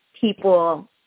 people